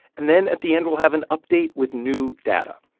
and then at the end, we'll have an update with new data.